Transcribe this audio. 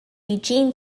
eugene